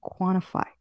quantify